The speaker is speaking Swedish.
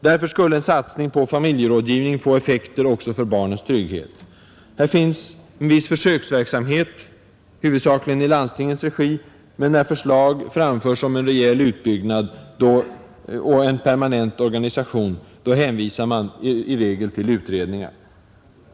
Därför skulle en satsning på familjerådgivning få effekter också för barnens trygghet. Här finns en viss försöksverksamhet, huvudsakligen i landstingens regi. Men när förslag framförts om en rejäl utbyggnad och en permanent organisation hänvisar man i regel till utredningar.